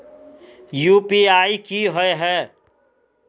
UPI की होय है?